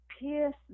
pierce